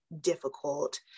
difficult